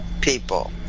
people